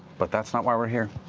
but that's not why we're here.